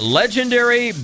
legendary